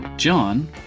John